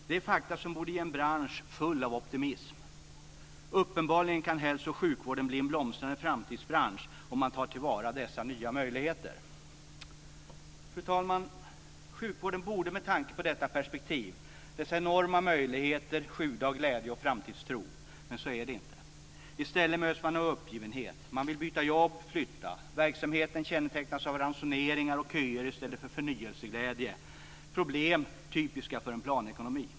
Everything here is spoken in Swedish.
Detta är fakta som borde ge en bransch full av optimism. Uppenbarligen kan hälsooch sjukvården bli en blomstrande framtidsbransch om man tar till vara dessa nya möjligheter. Fru talman! Sjukvården borde med tanke på detta perspektiv, dessa enorma möjligheter, sjuda av glädje och framtidstro. Men så är det inte. I stället möts man av uppgivenhet. Man vill byta jobb och flytta. Verksamheten kännetecknas av ransoneringar och köer i stället för förnyelseglädje. Detta är problem typiska för en planekonomi.